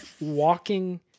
walking